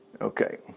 Okay